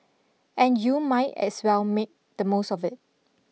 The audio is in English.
and you might as well make the most of it